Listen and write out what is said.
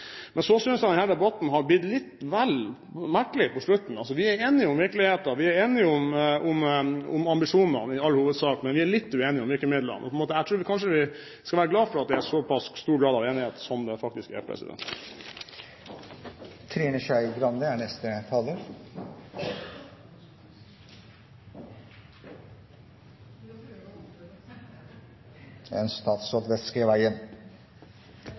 Men i den debatten er det jo andre hensyn å ta. Vi fordeler 320 nye studieplasser til de høyskolene som leverer best på antall primærsøkere og gjennomføringsgrad. Så synes jeg denne debatten har blitt litt vel merkelig på slutten. Vi er enige om virkeligheten, vi er i all hovedsak enige om ambisjonene, men vi er litt uenige om virkemidlene. Jeg tror kanskje vi skal være glad for at det er såpass stor grad av enighet som det faktisk er. Trine Skei Grande